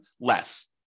less